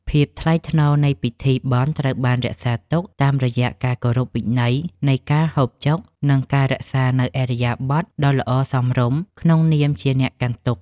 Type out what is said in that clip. ភាពថ្លៃថ្នូរនៃពិធីបុណ្យត្រូវបានរក្សាទុកតាមរយៈការគោរពវិន័យនៃការហូបចុក និងការរក្សានូវឥរិយាបថដ៏ល្អសមរម្យក្នុងនាមជាអ្នកកាន់ទុក្ខ។